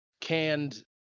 canned